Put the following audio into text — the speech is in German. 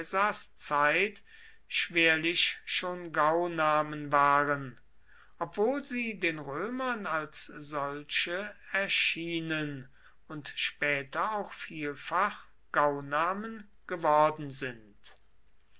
caesars zeit schwerlich schon gaunamen waren obwohl sie den römern als solche erschienen und später auch vielfach gaunamen geworden sind